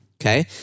okay